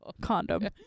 condom